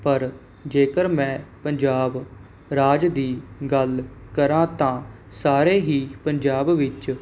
ਪਰ ਜੇਕਰ ਮੈਂ ਪੰਜਾਬ ਰਾਜ ਦੀ ਗੱਲ ਕਰਾਂ ਤਾਂ ਸਾਰੇ ਹੀ ਪੰਜਾਬ ਵਿੱਚ